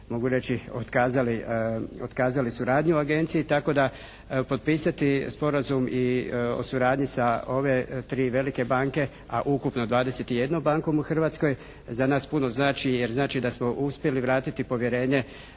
otkazali, otkazali suradnju agenciju tako da potpisati sporazum i o suradnji sa ove tri velike banke a ukupno 21 bankom u Hrvatskoj za nas puno znači jer znači da smo uspjeli vratiti povjerenje,